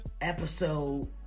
Episode